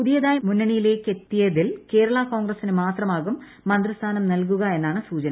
പുതിയതായി മുന്നണിയിലേക്കെത്തിയതിൽ കേരള കോൺഗ്രസിനു മാത്രമാകും മന്ത്രിസ്ഥാനം നൽകുക എന്നാണു സൂചന